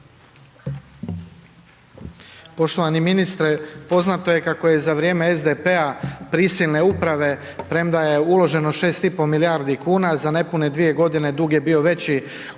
Poštovani ministre poznato je kako je za vrijeme SDP-a prisilne uprave premda je uloženo 6,5 milijardi kuna za nepune 2 godine dug je bio veći od